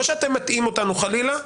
לא שאתם מטעים אותנו חלילה,